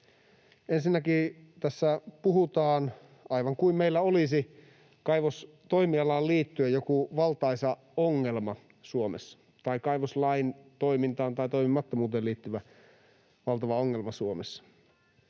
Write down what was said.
Ensinnäkin tässä puhutaan aivan kuin meillä olisi kaivostoimialaan liittyen joku valtaisa ongelma Suomessa — tai kaivoslain toimintaan tai toimimattomuuteen liittyvä valtava ongelma Suomessa.